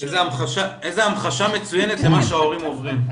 איזה המחשה מצוינת של על מה שההורים עוברים.